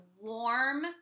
warm